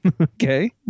Okay